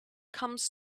comes